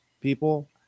people